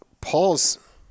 Paul's